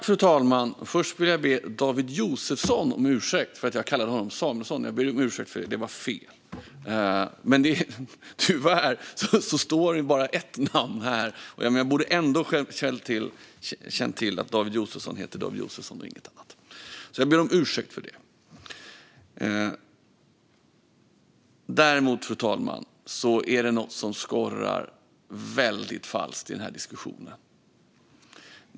Fru talman! Först vill jag be David Josefsson om ursäkt för att jag kallade honom Samuelsson. Jag ber om ursäkt för det. Det var fel. Tyvärr står det bara ett namn här, men jag borde ändå ha känt till att David Josefsson heter David Josefsson och inget annat. Jag ber om ursäkt för detta. Däremot, fru talman, är det något som skorrar väldigt falskt i den här diskussionen.